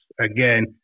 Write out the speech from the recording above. again